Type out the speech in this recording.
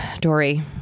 Dory